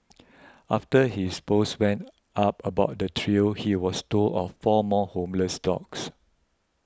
after his post went up about the trio he was told of four more homeless dogs